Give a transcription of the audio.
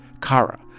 Kara